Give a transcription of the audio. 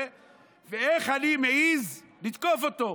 ואיך אני מעז לתקוף אותו?